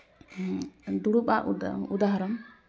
ᱫᱩᱲᱩᱵᱽ ᱟᱜ ᱩᱫᱟᱦᱚᱨᱚᱱ